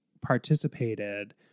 participated